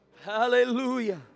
Hallelujah